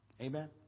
Amen